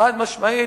חד-משמעית,